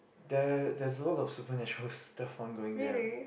there there is a lot of supernatural stuffs on going there right